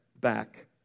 back